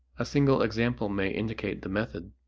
a single example may indicate the method.